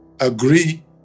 agree